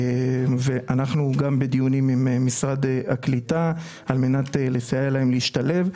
ואנחנו גם בדיונים עם משרד הקליטה על מנת לסייע להם להשתלב.